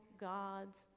God's